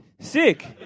Sick